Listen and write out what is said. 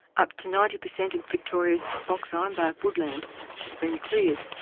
up to ninety percent of victoria's box-ironbark woodland has been cleared,